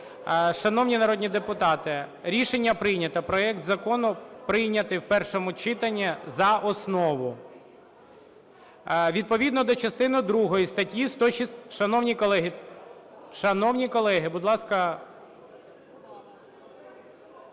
Шановні народні депутати, рішення прийнято. Проект закону прийнятий в першому читанні за основу. Відповідно до частини другої статті… Шановні колеги, будь ласка…